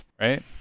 right